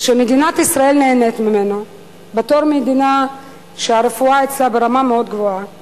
שמדינת ישראל נהנית ממנו בתור מדינה שהרפואה בה ברמה גבוהה מאוד.